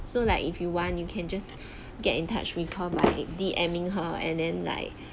so like if you want you can just get in touch with her my D_M-ing her and then like